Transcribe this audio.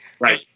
right